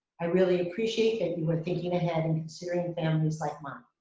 i really appreciate that you are thinking ahead and considering families like mine.